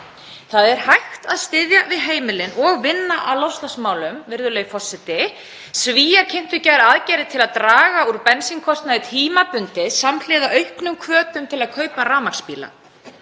Það er hægt að styðja við heimilin og vinna að loftslagsmálum, virðulegi forseti. Svíar kynntu í gær aðgerðir til að draga úr bensínkostnaði tímabundið samhliða auknum hvötum til að kaupa rafmagnsbíla.